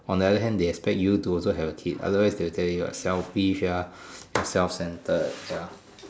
on the other hand they expect you to also have a kid otherwise they would tell you what selfish ah self-centered ya